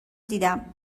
دیدم